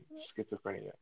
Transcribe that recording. schizophrenia